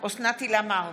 אוסנת הילה מארק,